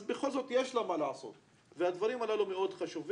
אז בכל זאת יש לה מה לעשות והדברים הללו מאוד חשובים.